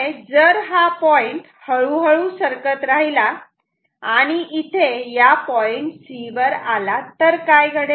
जर हा पॉइंट हळूहळू सरकत राहिला आणि इथे या पॉईंट C वर आला तर काय घडेल